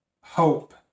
hope